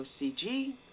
OCG